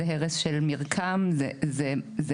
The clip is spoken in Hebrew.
זה הרס של מרקם,